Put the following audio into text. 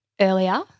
earlier